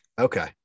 Okay